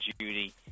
Judy